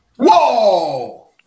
Whoa